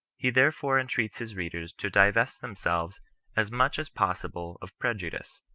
he therefore entreats his readers to divest themselves as much as possible of pre judice,